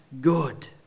good